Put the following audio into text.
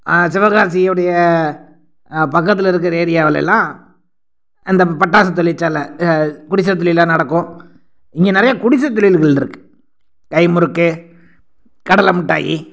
சிவகாசி உடைய பக்கத்தில் இருக்கிற ஏரியாவுலலாம் அந்த பட்டாசு தொழிற்சாலை குடிசை தொழில்லாம் நடக்கும் இங்கே நிறையா குடிசை தொழில்கள் இருக்கு கைமுறுக்கு கடலைமிட்டாயி